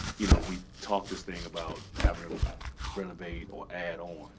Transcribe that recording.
you know we talk this thing about having to renovate or add on.